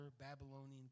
Babylonian